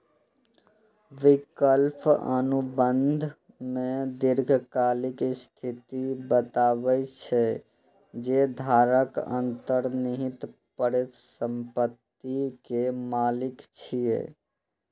विकल्प अनुबंध मे दीर्घकालिक स्थिति बतबै छै, जे धारक अंतर्निहित परिसंपत्ति के मालिक छियै